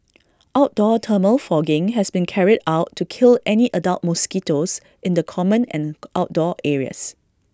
outdoor thermal fogging has been carried out to kill any adult mosquitoes in the common and outdoor areas